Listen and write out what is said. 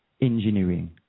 engineering